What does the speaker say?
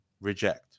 reject